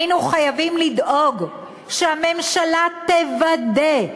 היינו חייבים לדאוג שהממשלה תוודא,